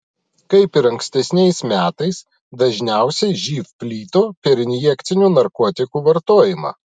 kaip ir ankstesniais metais dažniausiai živ plito per injekcinių narkotikų vartojimą